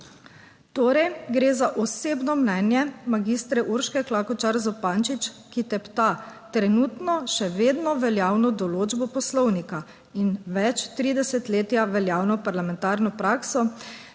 torej, gre za osebno mnenje magistre Urške Klakočar Zupančič, ki tepta trenutno še vedno veljavno določbo poslovnika in več tri desetletja veljavno parlamentarno prakso,